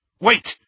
Wait